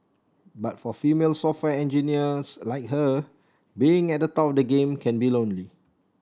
but for female software engineers like her being at the top of the game can be lonely